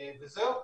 וזהו.